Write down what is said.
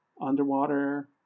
Underwater